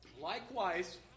likewise